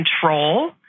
control